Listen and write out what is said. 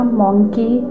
monkey